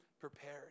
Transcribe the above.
prepared